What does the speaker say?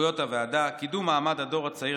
סמכויות הוועדה: קידום מעמד הדור הצעיר,